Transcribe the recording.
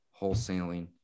wholesaling